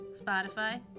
Spotify